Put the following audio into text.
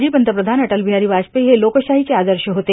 माजी प्रधानमंत्री अटल बिहारी वाजपेयी हे लोकशाहीचे आदर्श होते